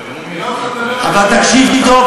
אבל תקשיב טוב,